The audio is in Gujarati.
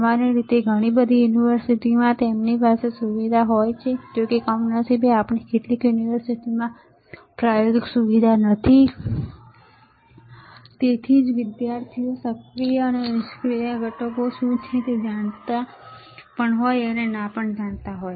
સામાન્ય રીતે ઘણી બધી યુનિવર્સિટીઓમાં તેમની પાસે સુવિધા હોય છેજો કે કમનસીબે આપણી કેટલીક યુનિવર્સિટીઓમાં પ્રાયોગિક સુવિધા નથી અને તેથી જ વિદ્યાર્થીઓ સક્રિય અને નિષ્ક્રિય ઘટકો શું છે તે જાણતા પણ હોઈ શકે કે ન પણ હોય